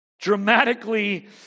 Dramatically